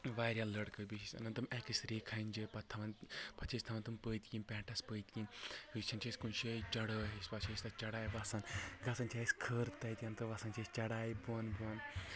واریاہ لڑکہٕ بیٚیہِ ٲسۍ تِم انان اٮ۪کٕس رے کھنٛجہِ پتہٕ تھوان پتہٕ چھِ أسۍ تھوان تِم پٔتۍ کِنۍ پٮ۪نٹس پٔتۍ کِنۍ وچھان چھِ أسۍ کُنہِ جٲے چڑٲے ہِش پتہٕ چھِ أسۍ تتھ چڑایہِ وسان گژھان چھِ اسہِ کھٕر تتٮ۪ن تہٕ وسان چھِ أسۍ چڑایہِ بۄن بۄن